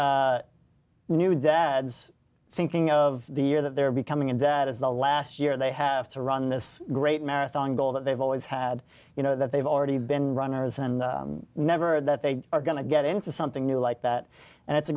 of new dads thinking of the year that they're becoming and that is the last year they have to run this great marathon goal that they've always had you know that they've already been runners and never that they are going to get into something new like that and it's a